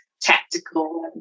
tactical